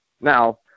now